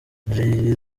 jay